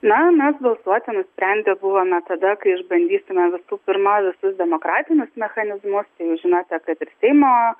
na mes balsuoti nusprendę buvome tada kai išbandysime visų pirma visus demokratinius mechanizmus žinote kad ir seimo